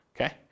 okay